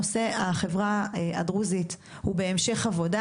נושא החברה הדרוזית הוא בהמשך עבודה,